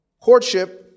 Courtship